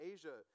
Asia